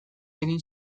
egin